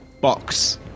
box